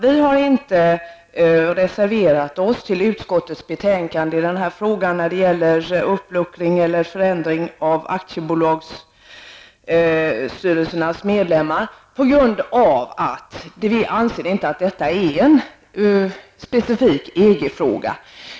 Vi har inte reserverat oss mot hemställan i utskottets betänkande om uppluckring eller förändring av medborgarskapskraven för medlemmar i aktiebolagsstyrelser, eftersom som vi inte anser att detta är en specifik EG-fråga.